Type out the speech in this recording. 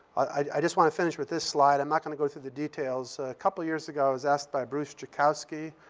i just want to finish with this slide. i'm not gonna go through the details. a couple years ago, i was asked by bruce jakosky,